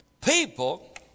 people